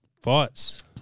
Fights